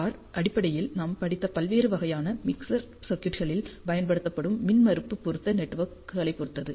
R அடிப்படையில் நாம் படித்த பல்வேறு வகையான மிக்சர் சர்க்யூட்களில் பயன்படுத்தும் மின்மறுப்பு பொருத்த நெட்வொர்க்குகளைப் பொறுத்தது